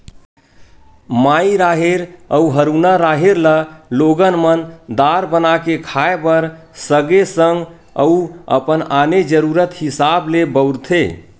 माई राहेर अउ हरूना राहेर ल लोगन मन दार बना के खाय बर सगे संग अउ अपन आने जरुरत हिसाब ले बउरथे